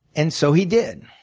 and so he did.